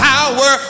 Power